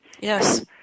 yes